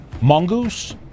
Mongoose